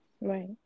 Right